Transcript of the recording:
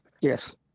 Yes